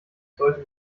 sollte